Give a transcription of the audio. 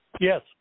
Yes